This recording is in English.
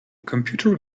computer